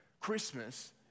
Christmas